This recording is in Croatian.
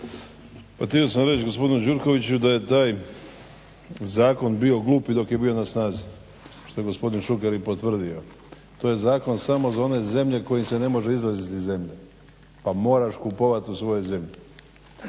Pa htio sam reći gospodinu Gjurkoviću da je taj zakon bio glup i dok je bio na snazi, što je gospodin Šuker i potvrdio. To je zakon samo za one zemlje u kojim se ne može izlaziti iz zemlje, pa moraš kupovati u svojoj zemlji.